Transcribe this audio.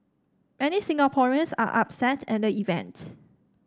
many Singaporeans are upset at the event